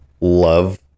love